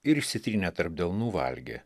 ir išsitrynę tarp delnų valgė